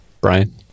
Brian